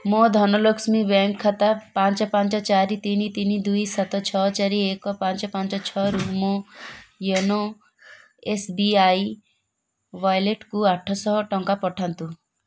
ମୋ ଧନଲକ୍ଷ୍ମୀ ବ୍ୟାଙ୍କ୍ ଖାତା ପାଞ୍ଚ ପାଞ୍ଚ ଚାରି ତିନି ତିନି ଦୁଇ ସାତ ଛଅ ଚାରି ଏକ ପାଞ୍ଚ ପାଞ୍ଚ ଛଅରୁ ମୋ ୟୋନୋ ଏସ୍ ବି ଆଇ ୱାଲେଟକୁ ଆଠଶହ ଟଙ୍କା ପଠାନ୍ତୁ